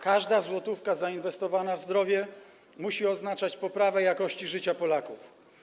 Każda złotówka zainwestowana w zdrowie musi oznaczać poprawę jakości życia Polaków.